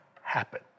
happen